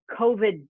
COVID